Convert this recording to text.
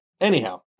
Anyhow